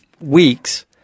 weeks